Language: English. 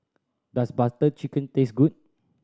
does Butter Chicken taste good